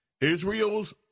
Israel's